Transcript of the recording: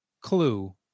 clue